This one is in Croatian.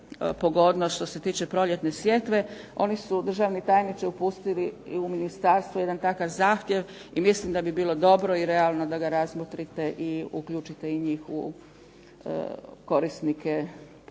pogodnost što se tiče proljetne sjetve. I oni su državni tajniče uputili i u Ministarstvo jedan takav zahtjev i mislim da bi bilo dobro i realno da ga razmotrite i uključite i njih u korisnike ovog dijela